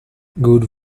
good